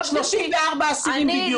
34 אסירים בדיוק.